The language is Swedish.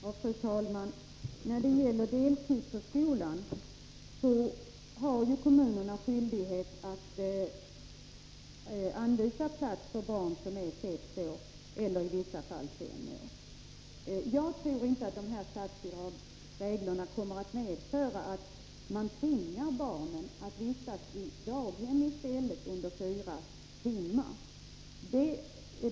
Fru talman! När det gäller deltidsförskolan har ju kommunerna skyldighet att anvisa plats för barn som är sex eller i vissa fall fem år. Jag tror inte att de här statsbidragsreglerna kommer att medföra att man tvingar barnen att vistas i daghem i stället under fyra timmar.